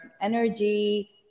energy